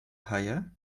haie